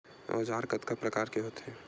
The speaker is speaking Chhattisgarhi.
औजार कतना प्रकार के होथे?